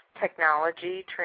technology